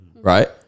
right